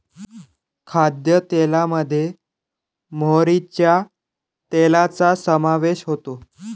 खाद्यतेलामध्ये मोहरीच्या तेलाचा समावेश होतो